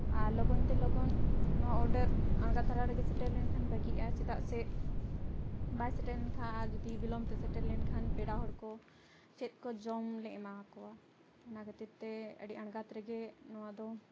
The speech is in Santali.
ᱟᱨ ᱞᱚᱜᱚᱱᱛᱮ ᱞᱚᱜᱚᱱ ᱱᱚᱣᱟ ᱚᱰᱟᱨ ᱟᱬᱜᱟ ᱫᱷᱟᱨᱟ ᱨᱮᱜᱮ ᱥᱮᱴᱮᱨ ᱞᱮᱱᱠᱷᱟᱱ ᱵᱟᱹᱜᱤᱜᱼᱟ ᱪᱮᱫᱟᱜ ᱥᱮ ᱵᱟᱭ ᱥᱮᱴᱮᱨ ᱞᱮᱱ ᱠᱷᱟᱱ ᱟᱨ ᱡᱩᱫᱤ ᱵᱤᱞᱚᱢᱛᱮ ᱥᱮᱴᱮᱨ ᱞᱮᱱᱠᱷᱟᱱ ᱯᱮᱲᱟ ᱦᱚᱲ ᱠᱚ ᱪᱮᱫ ᱠᱚ ᱡᱚᱢᱞᱮ ᱮᱢᱟᱠᱚᱣᱟ ᱚᱱᱟ ᱠᱷᱟᱹᱛᱤᱨ ᱛᱮ ᱟᱹᱰᱤ ᱟᱬᱜᱟᱛ ᱨᱮᱜᱮ ᱱᱚᱣᱟ ᱫᱚ